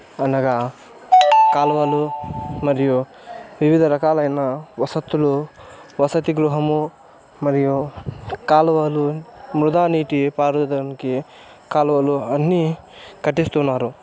అనగా కాలువలు మరియు వివిధ రకాలైన వసతులు వసతి గృహము మరియు కాలువలు వృధా నీటి పారేదానికి కాలువలు అన్ని కట్టిస్తున్నారు